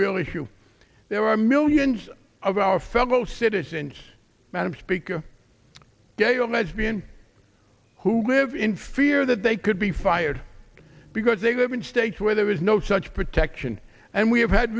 real issue there are millions of our fellow citizens madam speaker gay or lesbian who live in fear that they could be fired because they live in states where there is no such protection and we have had